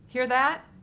hear that?